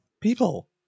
People